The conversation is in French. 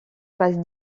passe